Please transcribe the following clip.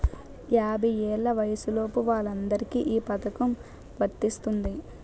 యాభై ఏళ్ల వయసులోపు వాళ్ళందరికీ ఈ పథకం వర్తిస్తుంది